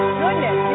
goodness